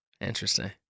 Interesting